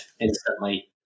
instantly